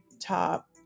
top